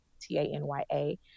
T-A-N-Y-A